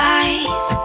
eyes